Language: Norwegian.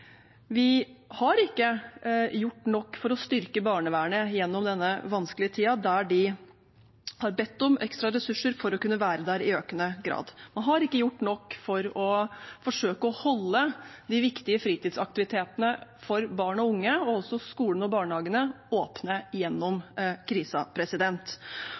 styrke barnevernet gjennom denne vanskelige tiden, der de har bedt om ekstra ressurser for å kunne være der i økende grad. Man har ikke gjort nok for å forsøke å holde de viktige fritidsaktivitetene for barn og unge, og også skolene og barnehagene, åpne